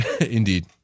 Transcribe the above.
Indeed